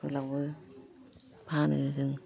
फोलावो फानो जों